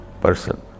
person